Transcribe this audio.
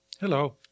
Hello